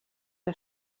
que